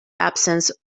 absence